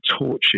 torches